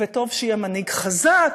וטוב שיהיה מנהיג חזק,